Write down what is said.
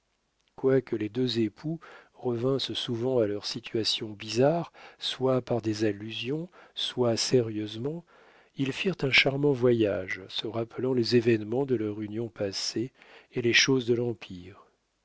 quoique les deux époux revinssent souvent à leur situation bizarre soit par des allusions soit sérieusement ils firent un charmant voyage se rappelant les événements de leur union passée et les choses de l'empire